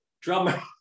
drummer